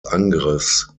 angriffs